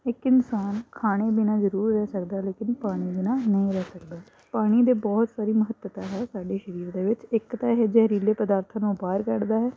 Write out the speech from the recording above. ਇੱਕ ਇਨਸਾਨ ਖਾਣੇ ਬਿਨਾਂ ਜ਼ਰੂਰ ਰਹਿ ਸਕਦਾ ਲੇਕਿਨ ਪਾਣੀ ਬਿਨਾਂ ਨਹੀਂ ਰਹਿ ਸਕਦਾ ਪਾਣੀ ਦੇ ਬਹੁਤ ਸਾਰੀ ਮਹੱਤਤਾ ਹੈ ਸਾਡੇ ਸਰੀਰ ਦੇ ਵਿੱਚ ਇੱਕ ਤਾਂ ਇਹ ਜ਼ਹਿਰੀਲੇ ਪਦਾਰਥਾਂ ਨੂੰ ਬਾਹਰ ਕੱਢਦਾ ਹੈ